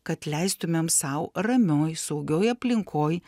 kad leistumėm sau ramioj saugioj aplinkoj